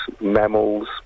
mammals